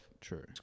True